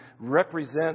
represent